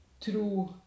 true